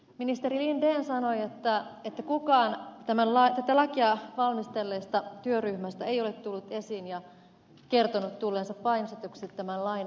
ministeri linden sanoi että kukaan tätä lakia valmistelleesta työryhmästä ei ole tullut esiin ja kertonut tulleensa painostetuksi tämän lain valmisteluprosessin aikana